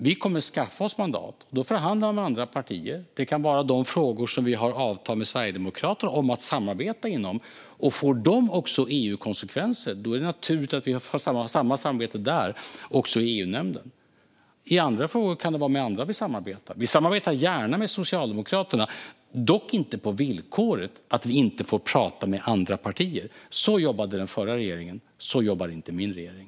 Vi kommer att skaffa oss mandat. Då förhandlar vi med andra partier. Det kan vara om de frågor som vi har avtal med Sverigedemokraterna om att samarbeta inom, och får de frågorna också EU-konsekvenser är det naturligt att vi har samma samarbete i EU-nämnden. I andra frågor kan det vara med andra vi samarbetar. Vi samarbetar gärna med Socialdemokraterna, dock inte på villkoret att vi inte får prata med andra partier. Så jobbade den förra regeringen. Så jobbar inte min regering.